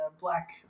black